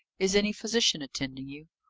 is any physician attending you?